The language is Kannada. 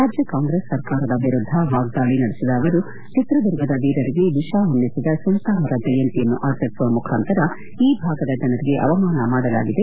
ರಾಜ್ಯ ಕಾಂಗ್ರೆಸ್ ಸರ್ಕಾರದ ವಿರುದ್ದ ವಾಗ್ದಾಳಿ ನಡೆಸಿದ ಅವರು ಚಿತ್ರದುರ್ಗದ ವೀರರಿಗೆ ವಿಷ ಉಣ್ಣಿಸಿದ ಸುಲ್ಲಾನರ ಜಯಂತಿಯನ್ನು ಆಚರಿಸುವ ಮುಖಾಂತರ ಈ ಭಾಗದ ಜನರಿಗೆ ಅವಮಾನ ಮಾಡಲಾಗಿದೆ